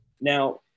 Now